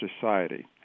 society